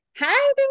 Hi